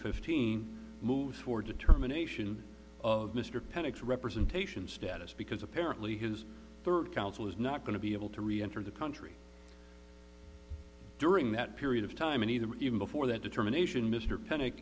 fifteen moves for determination of mr panix representation status because apparently his third counsel is not going to be able to reenter the country during that period of time and either even before that determination mr peni